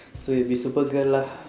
so you'll be supergirl lah